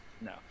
no